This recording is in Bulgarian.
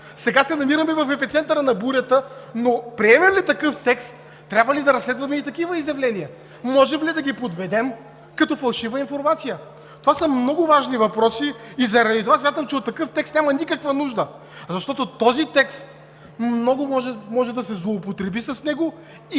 Сега се намираме в епицентъра на бурята, но приемем ли такъв текст, трябва ли да разследваме и такива изявления? Можем ли да ги подведем като фалшива информация? Това са много важни въпроси и заради това смятам, че от такъв текст няма никаква нужда. Защото с този текст много може да се злоупотреби и,